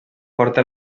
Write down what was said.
porta